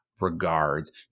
regards